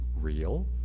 real